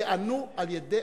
ייענו על-ידי